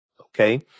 okay